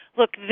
look